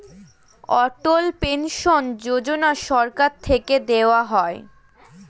অটল pension Yojana সরকার থেকে দেওয়া হয়